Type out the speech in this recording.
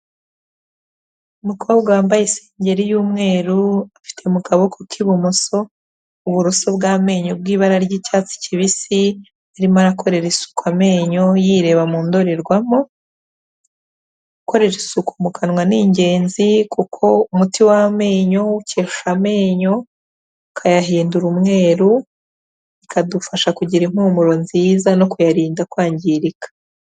Umukobwa wambaye isengeri y'umweru, ufite mu kaboko k'ibumoso uburuso bw'amenyo bw'ibara ry'icyatsi kibisi, arimo arakorera isuku amenyo, yireba mu ndorerwamo, gukorera isuku mu kanwa ni ingenzi, kuko umuti w'amenyo ukesha amenyo ukayahindura umweru, bikadufasha kugira impumuro nziza no kuyarinda kwangirika.